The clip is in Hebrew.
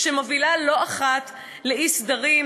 שמוביל לא אחת לאי-סדרים,